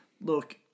Look